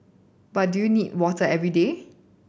but do you need water every day